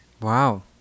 Wow